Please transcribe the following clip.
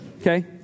Okay